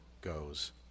goes